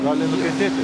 gali nukentėti